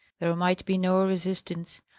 there might be no resistance.